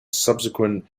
subsequent